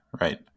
right